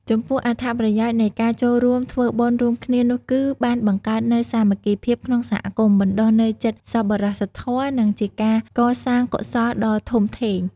ចំពោះអត្ថប្រយោជន៍នៃការចូលរួមធ្វើបុណ្យរួមគ្នានោះគឺ បានបង្កើតនូវសាមគ្គីភាពក្នុងសហគមន៍ បណ្ដុះនូវចិត្តសប្បុរសធម៌ និងជាការសាងកុសលដ៏ធំធេង។